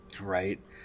Right